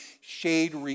shade